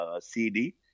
CD